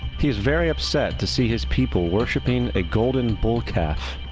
he is very upset to see his people worshiping a golden bull calf.